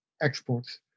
exports